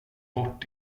bort